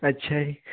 ਅੱਛਾ ਜੀ